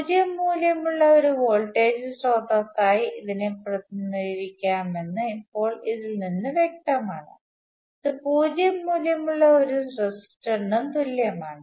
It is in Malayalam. പൂജ്യം മൂല്യം ഉള്ള ഒരു വോൾട്ടേജ് സ്രോതസ്സായി ഇതിനെ പ്രതിനിധീകരിക്കാമെന്ന് ഇപ്പോൾ ഇതിൽ നിന്ന് വ്യക്തമാണ് ഇത് പൂജ്യം മൂല്യം ഉള്ള ഒരു റെസിസ്റ്റർ ഇനും തുല്യമാണ്